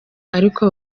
ariko